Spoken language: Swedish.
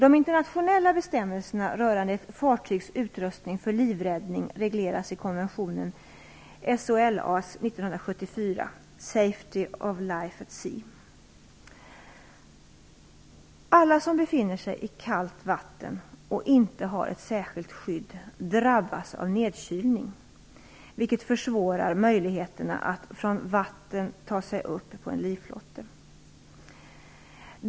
De internationella bestämmelserna rörande ett fartygs utrustning för livräddning regleras i konventionen Alla som befinner sig i kallt vatten och inte har särskilt skydd drabbas av nedkylning, vilket försvårar möjligheterna att från vattnet ta sig upp på en livflotte.